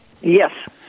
Yes